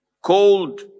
cold